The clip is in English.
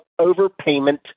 overpayment